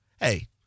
Hey